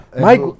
Mike